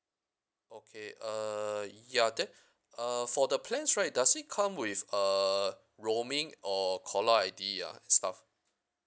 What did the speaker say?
okay uh ya then uh for the plans right does it come with uh roaming or caller I_D ah and stuff